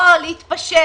או להתפשר,